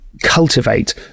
cultivate